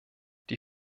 die